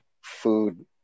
food